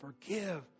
Forgive